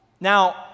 Now